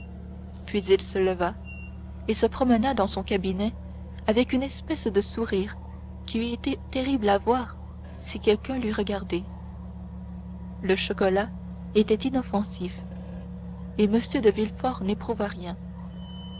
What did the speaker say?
puis il se leva et se promena dans son cabinet avec une espèce de sourire qui eût été terrible à voir si quelqu'un l'eût regardé le chocolat était inoffensif et m de villefort n'éprouva rien